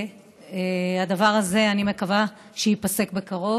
והדבר הזה, אני מקווה שייפסק בקרוב.